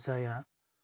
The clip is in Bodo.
जाया